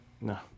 no